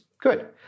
Good